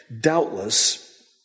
doubtless